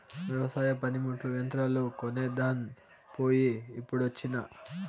వెవసాయ పనిముట్లు, యంత్రాలు కొనేదాన్ పోయి ఇప్పుడొచ్చినా